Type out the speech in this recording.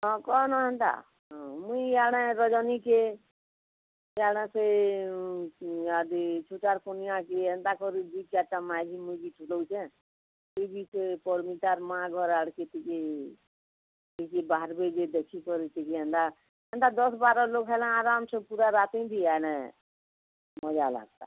ହଁ କ'ଣ ଏନ୍ତା ହଁ ମୁଇଁ ଆଣେ ରଜନୀକେ କାଣା ସେ ଆଦି ସୁଚାର ପୁନିଆ କି ଏନ୍ତା କରୁଛି ଦେଉଛେ ଜିମି ସେ ପରମି ତାର ମା' ଘର ଆଡ଼କେ ଟିକେ କିଏ କିଏ ବାହାରବ ଯେ ଦେଖିକରି ଟିକେ ଏନ୍ତା ଏନ୍ତା ଦଶ ବାର ଲୋକ ହେଲେ ଆରମ୍ସେ ପୁରା ମଜା ଲାଗତା